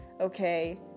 Okay